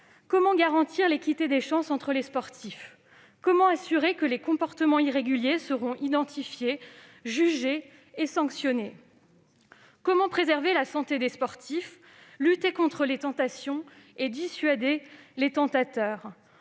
comment garantir l'équité des chances entre les sportifs ? Comment s'assurer que les comportements irréguliers seront identifiés, jugés et sanctionnés ? Comment préserver la santé des sportifs, lutter contre les tentations et dissuader les tentateurs ?